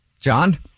John